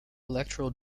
electoral